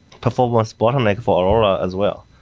performance bottleneck for aurora as well.